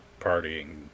partying